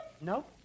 No